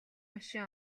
машин